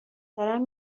دارم